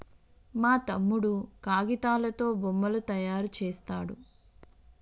మా తమ్ముడు కాగితాలతో బొమ్మలు తయారు చేస్తాడు